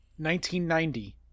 1990